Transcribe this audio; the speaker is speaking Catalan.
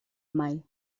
mai